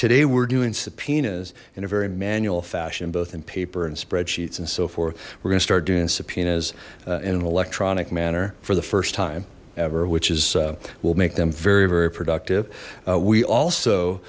today we're doing subpoenas in a very manual fashion both in paper and spreadsheets and so forth we're gonna start doing subpoenas in an electronic manner for the first time ever which is we'll make them very very productive we also